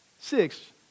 Six